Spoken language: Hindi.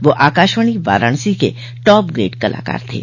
वह आकाशवाणी वाराणसी के टॉप ग्रेड कलाकार थे